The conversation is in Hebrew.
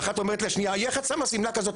ואחת אומרת לשנייה: איך את שמה שמלה כזו?